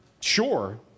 sure